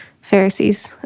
Pharisees